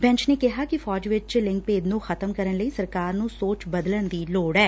bench ਨੇ ਕਿਹੈ ਕਿ ਫੌਜ ਵਿਚ ਲਿੰਗ ਭੇਦ ਨੂੰ ਖ਼ਤਮ ਕਰਨ ਲਈ ਸਰਕਾਰ ਨੂੰ ਸੋਚ ਬਦਲਣ ਦੀ ਲੋੜ ਐ